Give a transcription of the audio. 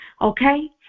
okay